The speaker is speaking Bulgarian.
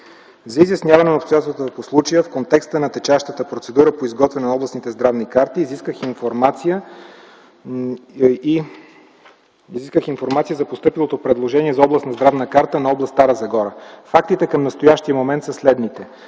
За изясняване на обстоятелствата по случая в контекста на течащата процедура по изготвяне на областните здравни карти изисках информация за постъпилото предложение за областна здравна карта на област Стара Загора. Фактите към настоящия момент са следните.